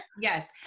Yes